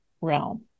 realm